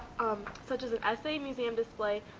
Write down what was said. such as an essay museum display,